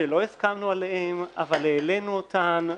שלא הסכמנו עליהן אבל העלינו אותן,